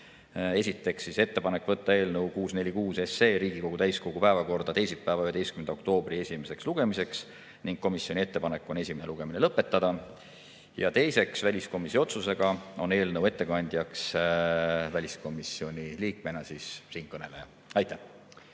Esiteks oli komisjoni ettepanek võtta eelnõu 646 Riigikogu täiskogu päevakorda teisipäeval, 11. oktoobril esimeseks lugemiseks ning teha ettepanek esimene lugemine lõpetada. Ja teiseks, väliskomisjoni otsusega on eelnõu ettekandjaks väliskomisjoni liikmena siinkõneleja. Aitäh!